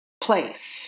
place